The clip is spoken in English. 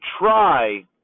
try